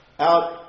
Out